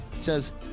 says